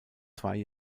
zwei